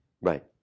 Right